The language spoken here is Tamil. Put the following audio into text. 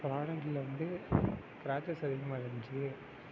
ஃப்ராடக்ட்டில் வந்து க்ராச்சஸ் அதிகமாக இருந்துச்சு